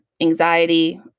anxiety